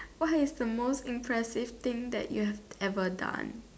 what is the most impressive thing that you have ever done